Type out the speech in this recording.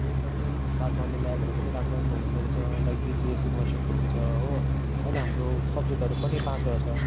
अरू त्यही बादमा अहिले ल्याबहरू पनि राम्रो राम्रो हुँदोरहेछ लाइक डिसी एसी मसिनको हुन्छ हो अहिले हाम्रो सब्जेक्टहरू पनि पाँचवटा छ